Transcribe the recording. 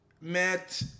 met